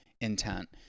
intent